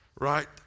right